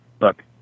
Look